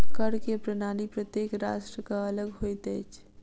कर के प्रणाली प्रत्येक राष्ट्रक अलग होइत अछि